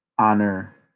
honor